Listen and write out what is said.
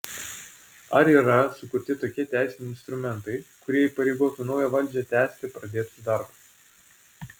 ar yra sukurti tokie teisiniai instrumentai kurie įpareigotų naują valdžią tęsti pradėtus darbus